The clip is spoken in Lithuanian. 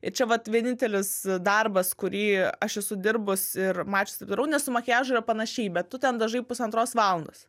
ir čia vat vienintelis darbas kurį aš esu dirbus ir mačius ir taip darau nes su makiažu yra panašiai bet tu ten dažai pusantros valandos